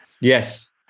Yes